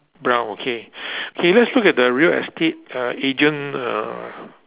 brown okay okay let's look at the real estate uh agent uh